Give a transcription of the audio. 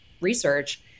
research